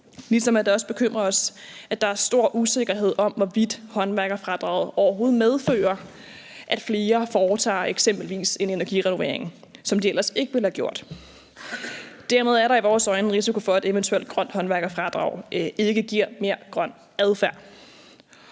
ligesom det også bekymrer os, at der er stor usikkerhed om, hvorvidt håndværkerfradraget overhovedet medfører, at flere foretager eksempelvis en energirenovering, som de ellers ikke ville have gjort. Derimod er der i vores øjne en risiko for, at et eventuelt grønt håndværkerfradrag ikke giver mere grøn adfærd.